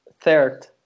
third